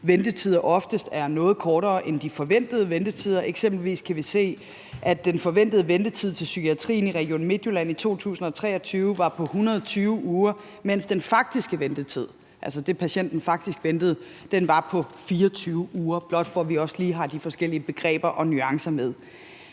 ventetider oftest er noget kortere end de forventede ventetider. Eksempelvis kan vi se, at den forventede ventetid til psykiatrien i Region Midtjylland i 2023 var på 120 uger, mens den faktiske ventetid – altså den tid, patienten faktisk ventede – var på 24 uger. Det er blot for, at vi lige har de forskellige begreber og nuancer med.